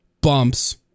bumps